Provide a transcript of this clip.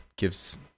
gives